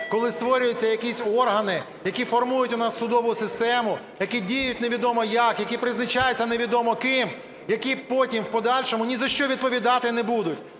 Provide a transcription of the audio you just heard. коли створюються якісь органи, які формують у нас судову систему, які діють не відомо як, які призначаються невідомо ким, які потім в подальшому ні за що відповідати не будуть.